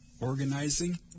organizing